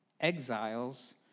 exiles